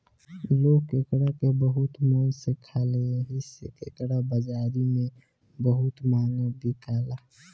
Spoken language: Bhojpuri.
लोग केकड़ा के बहुते मन से खाले एही से केकड़ा बाजारी में बहुते महंगा बिकाला